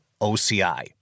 OCI